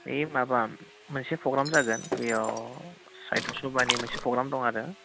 बै माबा मोनसे प्रग्राम जागोन बेयाव साहित्य सभानि मोनसे प्रग्राम दं आरो